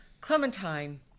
Clementine